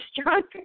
stronger